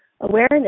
Awareness